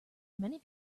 many